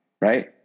right